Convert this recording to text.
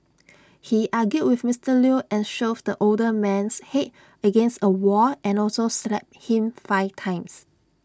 he argued with Mister Lew and shoved the older man's Head against A wall and also slapped him five times